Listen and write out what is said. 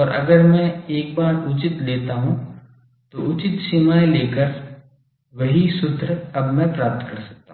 और अगर मैं एक बार उचित लेता हूं तो उचित सीमाएं ले कर वही सूत्र अब मैं प्राप्त कर सकता हूं